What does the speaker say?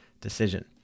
decision